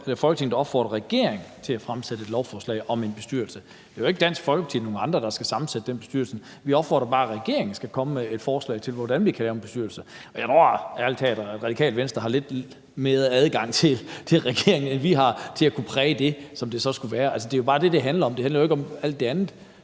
Folketinget regeringen til at fremsætte et lovforslag om en bestyrelse. Det er jo ikke Dansk Folkeparti eller nogen andre, der skal sammensætte den bestyrelse. Vi opfordrer bare regeringen til at komme med et forslag til, hvordan vi kan være ambitiøse. Jeg må ærlig talt sige, at Radikale Venstre har lidt mere adgang til regeringen, end vi har, og til at kunne præge det, som det så skulle være. Det er jo bare det, det handler om. Det handler ikke om alt det andet.